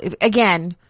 again